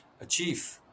achieve